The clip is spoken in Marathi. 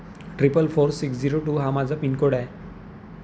triple four six zero two हा माझा पिनकोड आहे